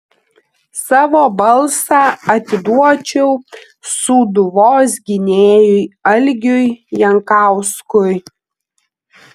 savo balsą atiduočiau sūduvos gynėjui algiui jankauskui